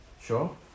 Sure